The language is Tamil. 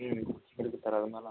ம்ம் இருக்குது சார் அதெல்லாம்